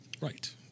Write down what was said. right